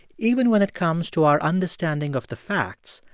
even when it comes to our understanding of the facts,